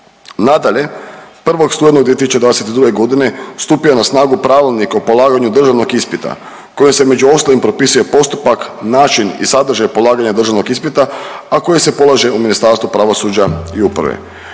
Nadalje, 1. studenog 2022.g. stupio je na snagu Pravilnik o polaganju državnog ispita kojim se među ostalim propisuje postupak, način i sadržaj polaganja državnog ispita, a koji se polaže u Ministarstvu pravosuđa i uprave.